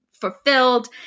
fulfilled